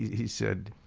he said,